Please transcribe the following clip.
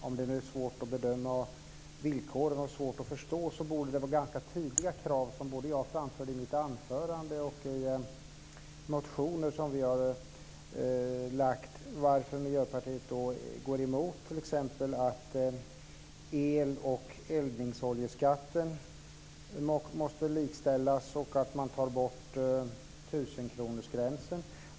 Om det nu är svårt att bedöma villkoren och svårt att förstå borde de krav jag framförde i mitt anförande och i de motioner som vi har väckt vara ganska tydliga. Jag kan inte förstå varför Miljöpartiet t.ex. går emot att el och eldningsoljeskatten likställs och att man tar bort tusenkronorsgränsen.